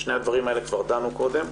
בשני הדברים האלה כבר דנו קודם,